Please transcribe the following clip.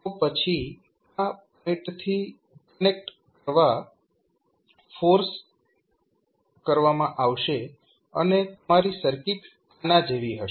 તો પછી આ પોઇન્ટ થી કનેક્ટ કરવા ફોર્સ કરવામાં આવશે અને તમારી સર્કિટ આના જેવી હશે